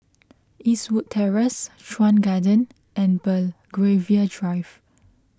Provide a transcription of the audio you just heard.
Eastwood Terrace Chuan Garden and Belgravia Drive